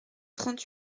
trente